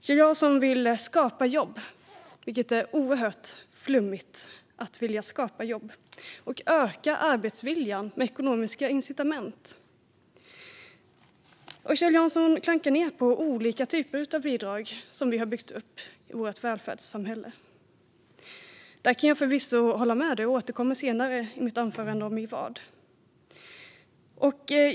Kjell Jansson vill skapa jobb - det är oerhört flummigt att vilja skapa jobb - och öka arbetsviljan med ekonomiska incitament. Kjell Jansson klankar ned på olika typer av bidrag som vi har byggt upp i vårt välfärdssamhälle. Där kan jag förvisso hålla med - om vad återkommer jag till senare i mitt anförande.